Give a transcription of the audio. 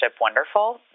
wonderful